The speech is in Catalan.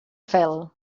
fel